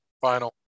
Final